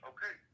Okay